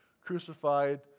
crucified